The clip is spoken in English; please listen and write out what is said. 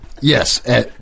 Yes